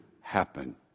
happen